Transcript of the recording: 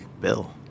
bill